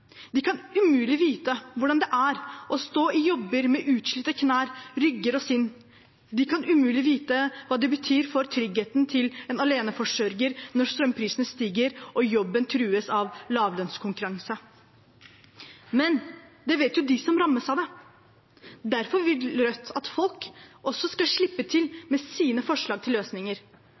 kan umulig vite hvordan det er å stå i en jobb med utslitte knær og utslitt rygg og sinn. De kan umulig vite hva det betyr for tryggheten til en aleneforsørger når strømprisene stiger og jobben trues av lavtlønnskonkurranse. Men det vet de som rammes av det. Derfor vil Rødt at folk også skal slippe til med sine forslag til løsninger.